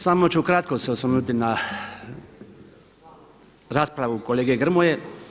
Samo ću ukratko se osvrnuti na raspravu kolege Grmoje.